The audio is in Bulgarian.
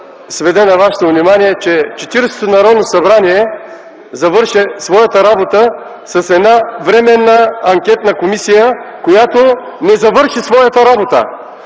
сведа на вашето внимание, че Четиридесетото Народно събрание завърши своята работа с една временна анкетна комисия, която не приключи своята дейност,